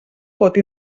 pot